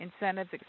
incentives